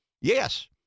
Yes